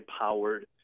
powered